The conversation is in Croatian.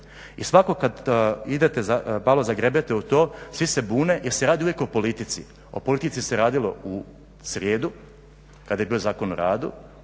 i svatko kada malo zagrebete u to, svi se bune jer se radi uvijek o politici, o politici se radilo u srijedu kada je bio Zakon o radu,